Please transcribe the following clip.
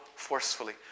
Forcefully